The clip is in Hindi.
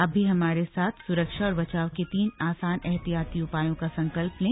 आप भी हमारे साथ सुरक्षा और बचाव के तीन आसान एहतियाती उपायों का संकल्प लें